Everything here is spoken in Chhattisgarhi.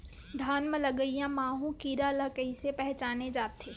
धान म लगईया माहु कीरा ल कइसे पहचाने जाथे?